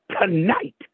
tonight